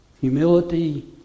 humility